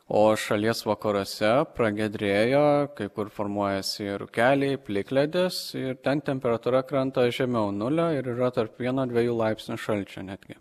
o šalies vakaruose pragiedrėjo kai kur formuojasi ir rūkeliai plikledis ir ten temperatūra krenta žemiau nulio ir yra tarp vieno dvejų laipsnių šalčio netgi